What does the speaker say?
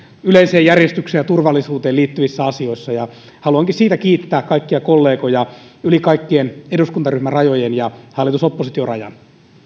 yleiseen järjestykseen ja turvallisuuteen liittyvissä asioissa haluankin siitä kiittää kaikkia kollegoja yli kaikkien eduskuntaryhmärajojen ja hallitus oppositio rajan